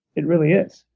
it really is.